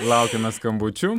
laukiame skambučių